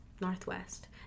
Northwest